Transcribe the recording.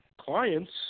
clients